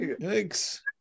Thanks